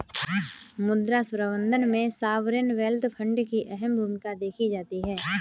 मुद्रा प्रबन्धन में सॉवरेन वेल्थ फंड की अहम भूमिका देखी जाती है